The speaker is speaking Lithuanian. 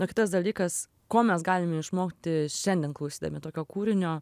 o kitas dalykas ko mes galime išmokti šiandien klausydami tokio kūrinio